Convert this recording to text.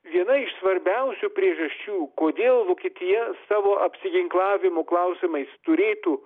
viena iš svarbiausių priežasčių kodėl vokietija savo apsiginklavimo klausimais turėtų